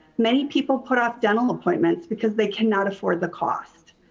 many people put off dental appointments because they cannot afford the cost.